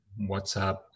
WhatsApp